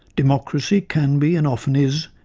democracy can be, and often is,